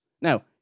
Now